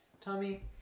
Tommy